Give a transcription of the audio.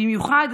במיוחד,